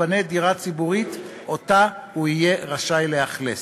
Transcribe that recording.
שתתפנה דירה ציבורית שהוא יהיה רשאי לאכלס.